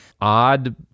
odd